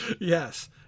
Yes